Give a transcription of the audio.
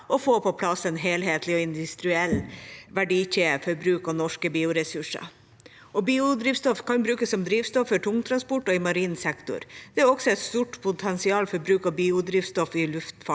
å få på plass en helhetlig og industriell verdikjede for bruk av norske bioressurser. Biodrivstoff kan brukes som drivstoff for tungtransport og i marin sektor. Det er også et stort potensial for bruk av biodrivstoff i luftfarten.